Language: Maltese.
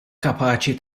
kapaċi